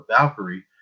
Valkyrie